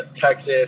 Texas